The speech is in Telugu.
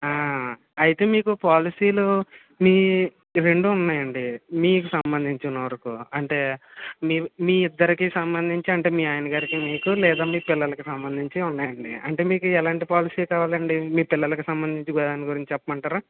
అయితే మీకు పోలసీలు మీ రెండు ఉన్నాయండి మీకు సంబంధించిన వరకు అంటే మీ మీ ఇద్దరికీ సంబంధించి అంటే మీ ఆయనగారికి మీకు లేదా మీ పిల్లలలకి సంబంధించి ఉన్నాయండి అంటే మీకు ఎలాంటి పోలసీ కావాలండీ మీ పిల్లలకు సంబంధించి దాని గురించి చెప్పమంటారా